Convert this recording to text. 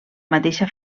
mateixa